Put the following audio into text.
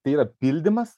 tai yra pildymas